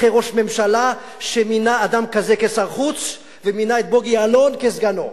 אחרי ראש ממשלה שמינה אדם כזה כשר חוץ ומינה את בוגי יעלון כסגנו.